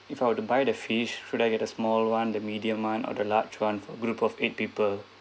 if I were to buy the fish should I get a small one the medium one or the large one for group of eight people